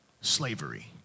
slavery